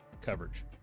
coverage